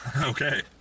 Okay